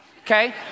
Okay